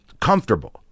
comfortable